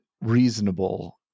reasonable